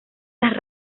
las